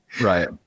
Right